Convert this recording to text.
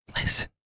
Listen